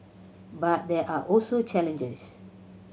but there are also challenges